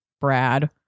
Brad